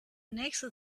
nächste